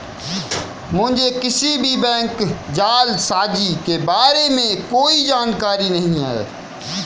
मुझें किसी भी बैंक जालसाजी के बारें में कोई जानकारी नहीं है